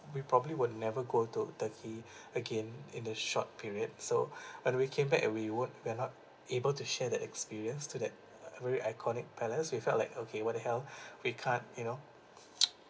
we probably would never go to turkey again in a short period so when we came back and we would we are not able to share that experience to that uh very iconic palace we felt like okay what the hell we can't you know